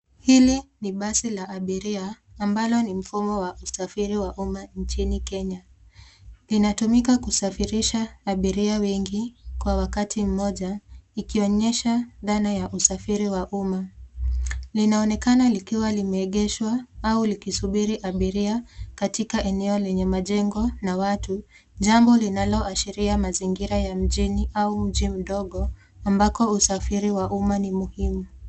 Hili ni basi la abiria ambalo ni mfumo wa usafiri wa umma inchini Kenya linatumika kusafirisha abiria wengi kwa wakati moja ikionyesha dhana ya usafiri wa umma linaonekana likiwa limeegesha au likisubiri abiria katika eneo lenye majengo na watu jambo linaloashiria mazingira ya mijini au mji mdogo ambako usafiri wa umma ni muhimu.